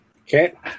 Okay